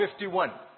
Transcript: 51